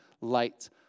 light